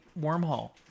wormhole